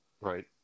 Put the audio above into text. Right